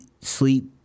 sleep